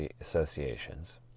associations